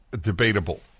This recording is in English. debatable